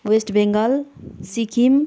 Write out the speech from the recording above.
West Bengal Sikkim